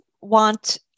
want